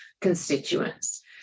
constituents